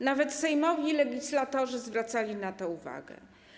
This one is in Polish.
Nawet sejmowi legislatorzy zwracali na to uwagę.